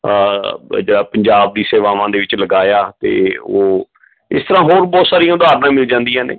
ਜਾਂ ਪੰਜਾਬ ਦੀ ਸੇਵਾਵਾਂ ਦੇ ਵਿੱਚ ਲਗਾਇਆ ਅਤੇ ਉਹ ਇਸ ਤਰ੍ਹਾਂ ਹੋਰ ਬਹੁਤ ਸਾਰੀਆਂ ਉਦਾਹਰਨਾਂ ਮਿਲ ਜਾਂਦੀਆਂ ਨੇ